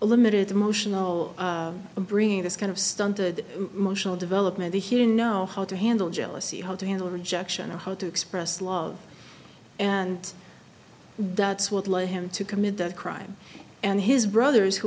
limited emotional bringing this kind of stunted motional development he didn't know how to handle jealousy how to handle rejection or how to express love and that's what led him to commit the crime and his brothers who